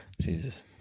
Jesus